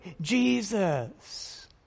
Jesus